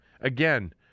again